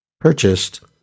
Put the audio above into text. purchased